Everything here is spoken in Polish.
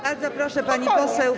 Bardzo proszę, pani poseł.